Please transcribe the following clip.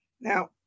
Now